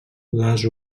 les